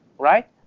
right